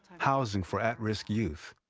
housing for at-risk youth,